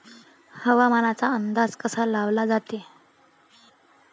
हवामानाचा अंदाज कसा लावला जाते?